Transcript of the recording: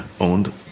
owned